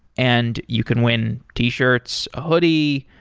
and you can win t-shirts, a hoodie,